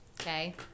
Okay